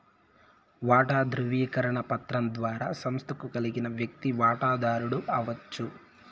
వాటా దృవీకరణ పత్రం ద్వారా సంస్తకు కలిగిన వ్యక్తి వాటదారుడు అవచ్చు